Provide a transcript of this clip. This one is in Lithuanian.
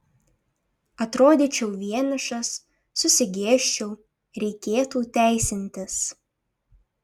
atrodyčiau vienišas susigėsčiau reikėtų teisintis